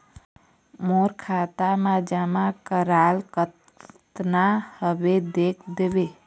मोर खाता मा जमा कराल कतना हवे देख देव?